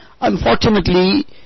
unfortunately